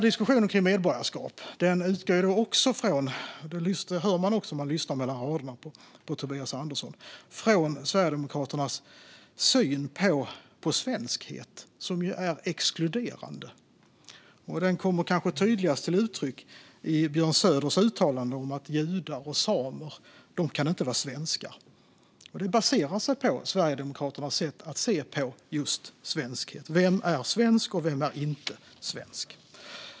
Diskussionen om medborgarskap utgår också från - det hör man om man lyssnar mellan raderna på det som Tobias Andersson säger - Sverigedemokraternas syn på svenskhet som är exkluderande. Den kommer kanske tydligast till uttryck i Björn Söders uttalande om att judar och samer inte kan vara svenskar. Det baseras på Sverigedemokraternas sätt att se på just svenskhet. Vem är svensk, och vem är inte svensk?